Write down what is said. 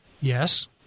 Yes